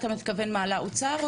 אתה מתכוון לאוצר?